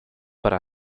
para